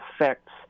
affects